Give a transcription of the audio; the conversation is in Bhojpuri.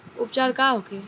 उपचार का होखे?